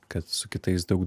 kad su kitais daug